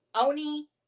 Oni